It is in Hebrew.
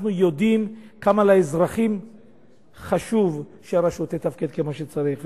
אנחנו יודעים כמה חשוב לאזרחים שהרשות תתפקד כמו שצריך,